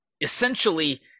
Essentially